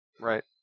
Right